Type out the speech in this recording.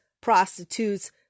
prostitutes